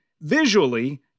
visually